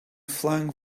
flung